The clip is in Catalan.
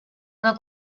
una